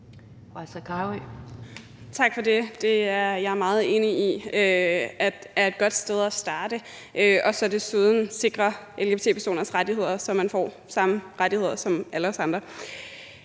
Tak for det. Det er jeg meget enig i er et godt sted at starte – og så desuden at sikre lgbt-personers rettigheder, så man får samme rettigheder, som alle os andre.